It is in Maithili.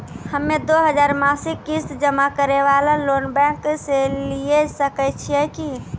हम्मय दो हजार मासिक किस्त जमा करे वाला लोन बैंक से लिये सकय छियै की?